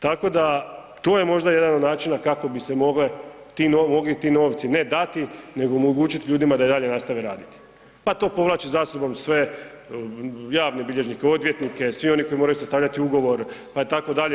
Tako da, to je možda jedan od načina kako bi se mogle, mogli ti novci ne dati nego omogućit ljudima da i dalje nastave raditi, pa to povlači za sobom sve javne bilježnike, odvjetnike, svi oni koji moraju sastavljati ugovor, pa tako dalje.